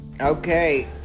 Okay